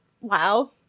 Wow